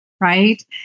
right